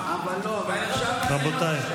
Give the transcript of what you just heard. רבותיי,